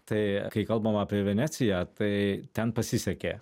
tai kai kalbam apie veneciją tai ten pasisekė